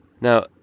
Now